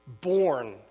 born